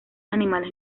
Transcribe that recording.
animales